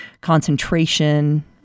concentration